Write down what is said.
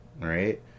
right